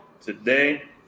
today